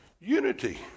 Unity